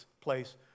place